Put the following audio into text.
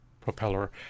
Propeller